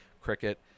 cricket